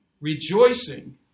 Rejoicing